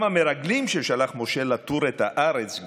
"גם המרגלים ששלח משה לתור את הארץ",